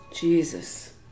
Jesus